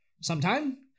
Sometime